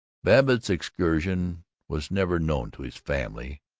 babbitt's excursion was never known to his family,